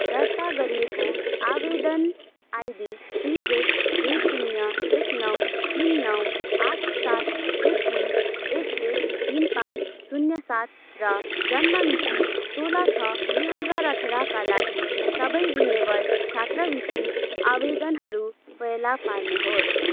दर्ता गरिएको आवेदन आइडी सिजेड दुई शून्य एक नौ तिन नौ आठ सात एक तिन एक एक तिन पाँच शून्य सात र जन्म मिति सोह्र छ दुई हजार अठारका लागी सबै रिनिवल छात्रवृत्ति आवेदनहरू फेला पार्नुहोस्